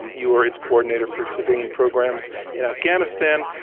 you were its coordinator for civilian programs in afghanistan.